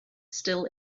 still